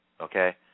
okay